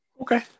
Okay